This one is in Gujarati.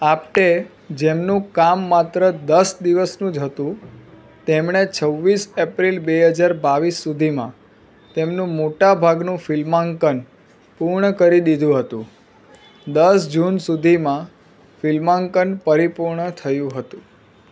આપ્ટે જેમનું કામ માત્ર દસ દિવસનું જ હતું તેમણે છવ્વીસ એપ્રિલ બે હજાર બાવીસ સુધીમાં તેમનું મોટા ભાગનું ફિલ્માંકન પૂર્ણ કરી દીધું હતું દસ જૂન સુધીમાં ફિલ્માંકન પરિપૂર્ણ થયું હતું